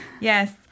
Yes